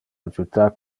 adjutar